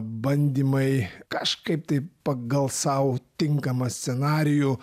bandymai kažkaip tai pagal sau tinkamą scenarijų